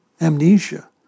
amnesia